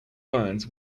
loans